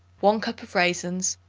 one cup of raisins,